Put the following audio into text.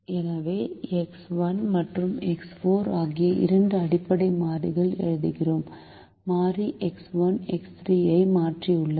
எனவே எக்ஸ் 1 மற்றும் எக்ஸ் 4 ஆகிய இரண்டு அடிப்படை மாறிகள் எழுதுகிறோம் மாறி எக்ஸ் 1 எக்ஸ் 3 ஐ மாற்றியுள்ளது